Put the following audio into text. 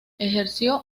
ejerció